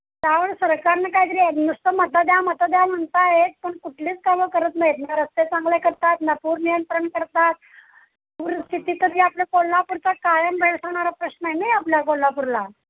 त्यावर सरकारनं काहीतरी नुसतं मतं द्या मतं द्या म्हणत आहेत पण कुठलीच कामं करत नाहीत ना रस्ते चांगले करतात ना पूर नियंत्रण करतात पूरस्थिती तरी आपल्या कोल्हापूरचा कायम भेडसावणारा प्रश्न आहे नाही आपल्या कोल्हापूरला